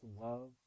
love